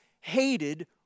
hated